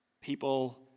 People